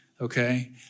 okay